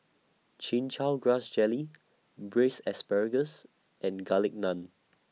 Chin Chow Grass Jelly Braised Asparagus and Garlic Naan